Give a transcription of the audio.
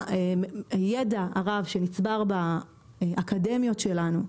הידע הרב שנצטבר באקדמיות שלנו,